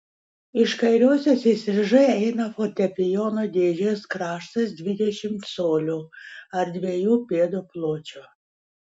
iš kairiosios įstrižai eina fortepijono dėžės kraštas dvidešimt colių ar dviejų pėdų pločio